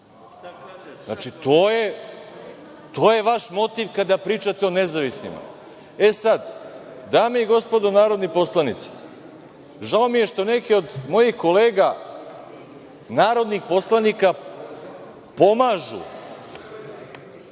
branite? To je vaš motiv kada pričate o nezavisnima. Sada, dame i gospodo narodni poslanici, žao mi je što neki od mojih kolega narodne poslanike pomažu